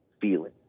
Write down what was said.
feeling